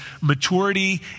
maturity